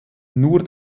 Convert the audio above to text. nur